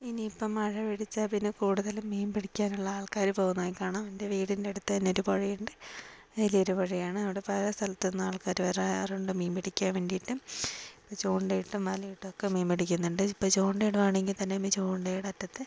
ഇനി ഇപ്പം മഴപിടിച്ചാൽ പിന്നെ കൂടുതൽ മീൻപിടിക്കാനുള്ള ആൾക്കാരു പോകുന്നതായി കാണാം എൻ്റെ വീടിൻ്റെ അടുത്തുതന്നെ ഒരു പുഴയുണ്ട് വലിയൊരു പുഴയാണ് അവിടെ പല സ്ഥലത്തുനിന്ന് ആൾക്കാരു വരാറുണ്ട് മീൻ പിടിക്കാൻ വേണ്ടിയിട്ട് ചൂണ്ടയിട്ടും വലയിട്ടും ഒക്കെ മീൻ പിടിക്കുന്നുണ്ട് ഇപ്പോൾ ചൂണ്ട ഇടുവാണെങ്കിൽ തന്നെ ചൂണ്ടയുടെ അറ്റത്ത്